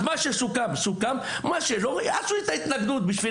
אז מה שסוכם סוכם ומה שלא מביעים התנגדות.